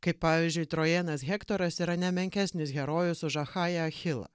kaip pavyzdžiui trojenas hektoras yra ne menkesnis herojus už achają achilą